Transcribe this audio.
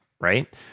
right